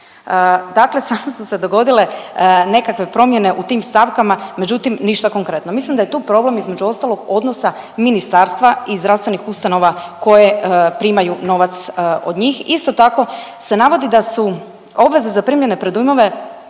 Dakle samo su se dogodile nekakve promjene u tim stavkama, međutim ništa konkretno. Mislim da je tu problem između ostalog odnosa ministarstva i zdravstvenih ustanova koje primaju novac od njih. Isto tako se navodi da su obveze za primljene predujmove